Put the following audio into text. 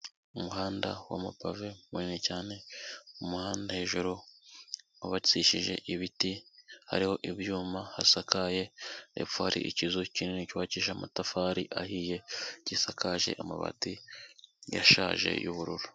Umuhanda w'amapave munini cyane, umuhanda hejuru wubakishije ibiti, hariho ibyuma, hasakaye, hepfo hari ikizu kinini cyubakije amatafari ahiye gisakaje amabati yashaje y'ubururu.